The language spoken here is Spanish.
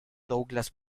douglas